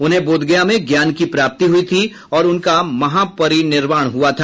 उन्हें बोधगया में ज्ञान की प्राप्ति हुई थी और उनका महापरिनिर्वाण हुआ था